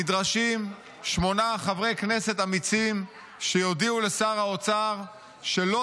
נדרשים שמונה חברי כנסת אמיצים שיודיעו לשר האוצר שלא